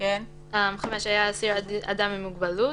" היה האסיר אדם עם מוגבלות,